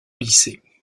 lycée